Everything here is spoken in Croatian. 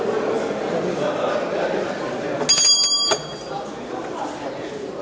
Hvala vam